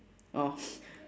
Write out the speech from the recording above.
orh